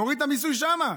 תוריד את המיסוי שם.